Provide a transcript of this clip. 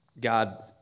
God